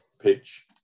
pitch